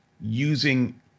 using